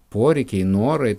poreikiai norai